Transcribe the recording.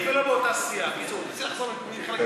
אני חוזר בי, לא חריג.